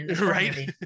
Right